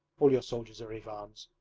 all your soldiers are ivans.